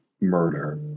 murder